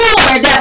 Lord